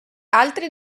altri